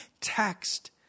text